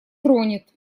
тронет